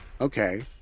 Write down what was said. Okay